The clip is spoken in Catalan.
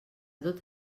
tot